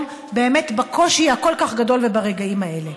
באמת בקושי הכל-כך גדול ברגעים האלה.